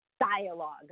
dialogue